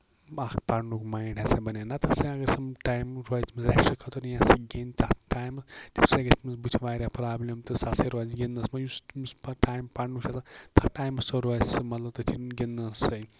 اکھ پَرنُک مایَڈ ہسا بَنہِ نہ تہٕ ہسا اَگر ٹایم روزِ تٔمِس ریسٹ خٲطرٕ یہِ ہسا گِندِ تَتھ ٹایمَس تَمہِ سۭتۍ ہسا گژھِ تٔمِس بٔتھِ واریاہ برابلِم تہٕ سۄ سا روزِ گِندنَس منٛز یُس تٔمِس پَتہٕ ٹایم پَرنُک چھُ آسان تَتھ ٹایمَس تہِ روزِ سُہ مطلب تٔتتھمے گِندنس سۭتۍ